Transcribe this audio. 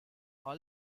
all